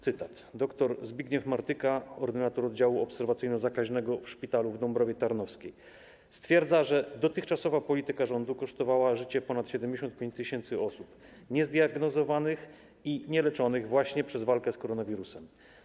Cytat: dr Zbigniew Martyka, ordynator oddziału obserwacyjno-zakaźnego w szpitalu w Dąbrowie Tarnowskiej, stwierdza, że dotychczasowa polityka rządu kosztowała życie ponad 75 tys. osób, niezdiagnozowanych i nieleczonych właśnie przez walkę z koronawirusem.